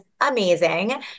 amazing